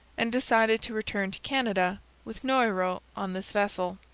and decided to return to canada with noyrot on this vessel.